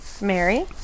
Mary